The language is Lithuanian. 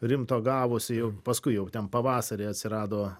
rimto gavusi jau paskui jau ten pavasarį atsirado